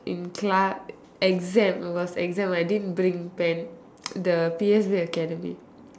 in class exam it was exam I didn't bring pen the P_S_B academy